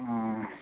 ꯑ